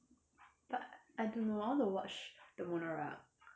but I don't know I want to watch the monarch